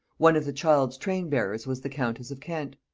one of the child's train-bearers was the countess of kent.